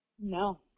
No